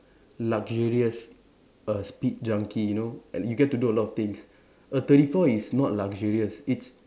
luxurious err speed junky you know at you get to do a lot of things a thirty four is not luxurious it's